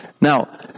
Now